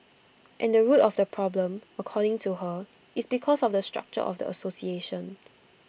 and the root of the problem according to her is because of the structure of the association